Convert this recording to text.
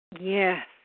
Yes